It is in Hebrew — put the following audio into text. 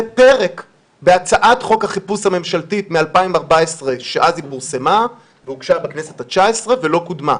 זה פרק בהצעת חוק החיפוש הממשלתית מ-2014 שהוגשה בכנסת ה-19 ולא קודמה.